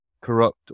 corrupt